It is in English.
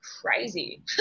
crazy